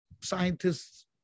scientists